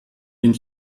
den